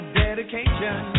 dedication